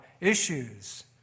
issues